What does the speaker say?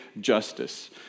justice